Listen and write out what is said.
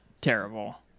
terrible